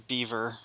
Beaver